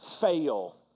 fail